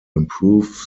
improve